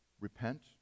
repent